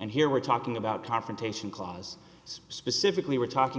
and here we're talking about confrontation clause specifically we're talking